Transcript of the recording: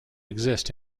exist